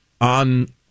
on